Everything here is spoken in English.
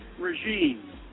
regime